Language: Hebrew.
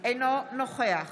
אינו נוכח